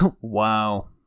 Wow